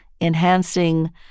Enhancing